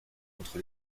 contre